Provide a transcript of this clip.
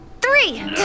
three